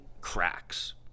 cracks